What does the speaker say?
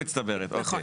מצטברת, אוקיי.